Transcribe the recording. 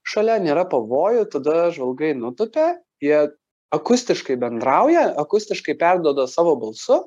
šalia nėra pavojų tada žvalgai nutupia jie akustiškai bendrauja akustiškai perduoda savo balsu